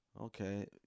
Okay